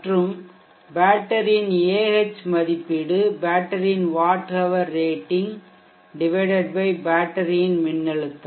மற்றும் பேட்டரியின் A H மதிப்பீடு பேட்டரியின் வாட் ஹவர் ரேட்டிங் பேட்டரியின் மின்னழுத்தம்